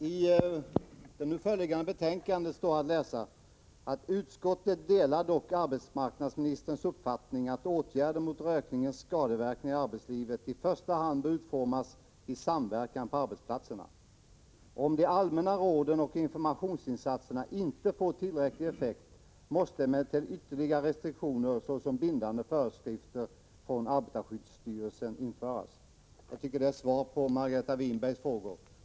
Herr talman! I det nu föreliggande betänkandet står att läsa: ”Utskottet delar dock arbetsmarknadsministerns uppfattning att åtgärder mot rökningens skadeverkningar i arbetslivet i första hand bör utformas i samverkan på arbetsplatserna. Om de allmänna råden och informationsinsatserna inte får tillräcklig effekt måste emellertid ytterligare restriktioner, såsom bindande föreskrifter från arbetarskyddsstyrelsen införas.” Jag tycker det ger svar på Margareta Winbergs frågor.